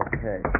Okay